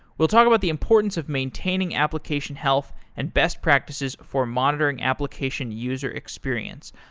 we'll talk about the importance of maintaining application health and best practices for monitoring application user experience.